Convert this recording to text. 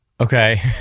Okay